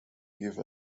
give